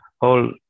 whole